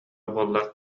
буоллар